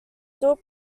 still